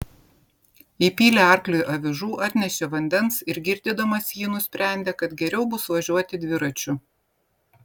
įpylė arkliui avižų atnešė vandens ir girdydamas jį nusprendė kad geriau bus važiuoti dviračiu